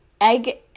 egg